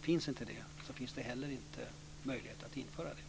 Finns inte det så finns det inte heller möjlighet att införa det.